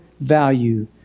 value